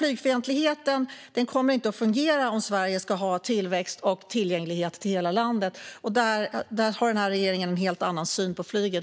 Flygfientligheten kommer inte att fungera om Sverige ska ha tillväxt i och tillgänglighet till hela landet. Den här regeringen har en helt annan syn på flyget.